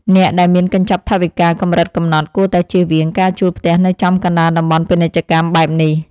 អ្នកដែលមានកញ្ចប់ថវិកាកម្រិតកំណត់គួរតែជៀសវាងការជួលផ្ទះនៅចំកណ្តាលតំបន់ពាណិជ្ជកម្មបែបនេះ។